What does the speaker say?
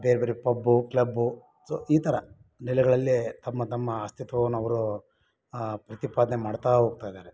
ಬೇರೆ ಬೇರೆ pub club so ಈ ಥರ ನೆಲೆಗಳಲ್ಲೇ ತಮ್ಮ ತಮ್ಮ ಅಸ್ತಿತ್ವವನ್ನ ಅವರೂ ಪ್ರತಿಪಾದನೆ ಮಾಡ್ತಾ ಹೋಗ್ತಾ ಇದ್ದಾರೆ